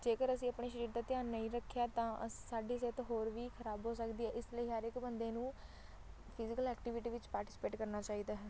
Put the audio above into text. ਜੇਕਰ ਅਸੀਂ ਆਪਣੇ ਸਰੀਰ ਦਾ ਧਿਆਨ ਨਹੀਂ ਰੱਖਿਆ ਤਾਂ ਸਾਡੀ ਸਿਹਤ ਹੋਰ ਵੀ ਖਰਾਬ ਹੋ ਸਕਦੀ ਹੈ ਇਸ ਲਈ ਹਰ ਇੱਕ ਬੰਦੇ ਨੂੰ ਫਿਜਕਲ ਐਕਟੀਵਿਟੀ ਵਿੱਚ ਪਾਰਟੀਸਪੇਟ ਕਰਨਾ ਚਾਹੀਦਾ ਹੈ